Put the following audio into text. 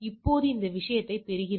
இப்போது அது விஷயத்தைப் பெறுகிறது